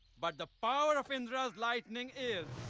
but the power of indra's lightning is!